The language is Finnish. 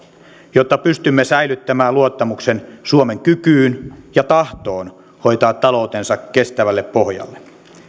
jotta pystymme säilyttämään luottamuksen suomen kykyyn ja tahtoon hoitaa taloutensa kestävälle pohjalle